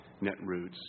Netroots